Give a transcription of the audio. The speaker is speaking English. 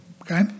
Okay